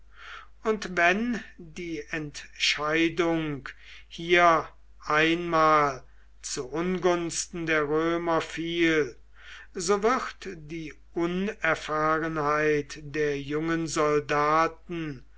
und wenn die entscheidung hier einmal zu ungunsten der römer fiel so wird die unerfahrenheit der jungen soldaten